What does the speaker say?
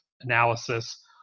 analysis